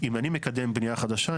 אם אני מקדם בנייה חדשה,